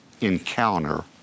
encounter